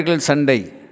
Sunday